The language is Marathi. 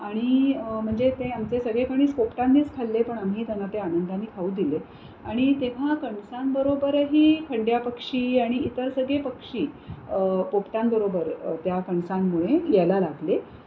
आणि म्हणजे ते आमचे सगळे कणीस पोपटांनीच खाल्ले पण आम्ही त्यांना ते आनंदाने खाऊ दिले आणि तेव्हा कणसांबरोबरही खंड्या पक्षी आणि इतर सगळे पक्षी पोपटांबरोबर त्या कणसांमुळे यायला लागले